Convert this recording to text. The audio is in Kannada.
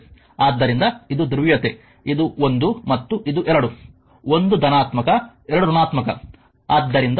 ಆದ್ದರಿಂದ ಇದು ಧ್ರುವೀಯತೆ ಇದು 1 ಮತ್ತು ಇದು 2 1 ಧನಾತ್ಮಕ 2 ಋಣಾತ್ಮಕ